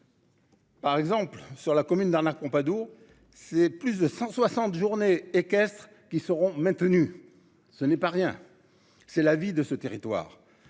Par exemple sur la commune d'Arnas compas d'où c'est plus de 160 journée équestre qui seront maintenus. Ce n'est pas rien, c'est la vie de ce territoire